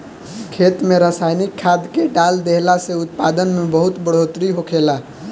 खेत में रसायनिक खाद्य के डाल देहला से उत्पादन में बहुत बढ़ोतरी होखेला